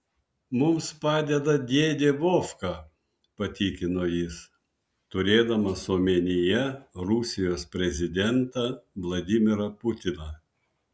mums padeda dėdė vovka patikino jis turėdamas omenyje rusijos prezidentą vladimirą putiną